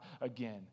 again